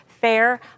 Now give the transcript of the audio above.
fair